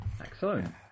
Excellent